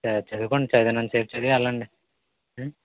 సరే చదుకోండి చదివినంతసేపు చదివి వెళ్ళండి